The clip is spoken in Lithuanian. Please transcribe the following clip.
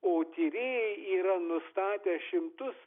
o tyrėjai yra nustatę šimtus